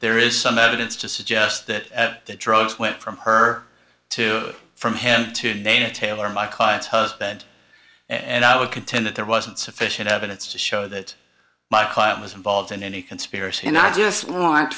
there is some evidence to suggest that at the drugs went from her to from head to dana taylor my client's husband and i would contend that there wasn't sufficient evidence to show that my client was involved in any conspiracy and i just want